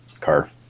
car